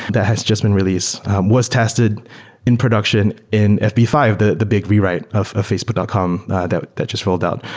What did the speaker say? that has just been released. it was tested in production in f b five, the the big rewrite of facebook dot com that that just rolled out.